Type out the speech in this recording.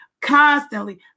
constantly